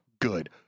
good